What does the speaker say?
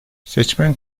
seçmen